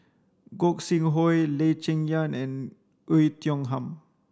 Gog Sing Hooi Lee Cheng Yan and Oei Tiong Ham